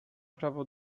prawo